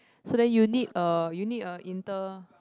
so then you need a you need a inter